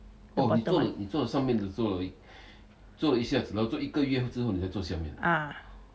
the bottom one ah